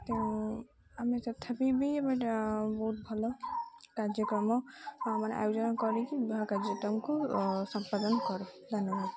ତେଣୁ ଆମେ ତଥାପି ବି ଆମେଟା ବହୁତ ଭଲ କାର୍ଯ୍ୟକ୍ରମ ମାନେ ଆୟୋଜନ କରିକି ବିବାହ କାର୍ଯ୍ୟକ୍ରମକୁ ସମ୍ପାଦନ କରୁ ଧନ୍ୟବାଦ